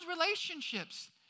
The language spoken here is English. relationships